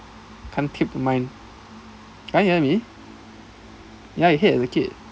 can't click to mind ya can you hear me ya you hate as a kid